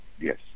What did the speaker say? Yes